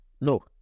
no